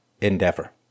endeavor